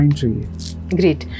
Great